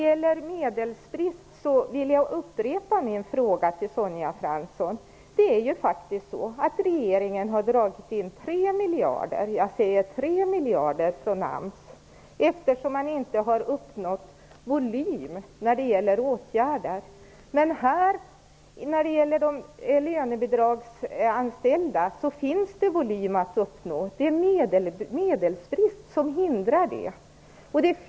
Jag vill upprepa min fråga till Sonja Fransson om medelsbristen. Regeringen har faktiskt dragit in 3 miljarder från AMS eftersom AMS inte har uppnått tillräcklig volym när det gäller åtgärder. Men det går att uppnå större volym i fråga om lönebidragsanställda. Det är medelsbristen som hindrar det.